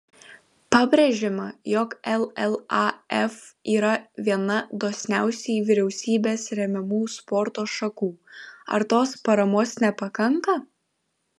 pabrėžiama jog llaf yra viena dosniausiai vyriausybės remiamų sporto šakų ar tos paramos nepakanka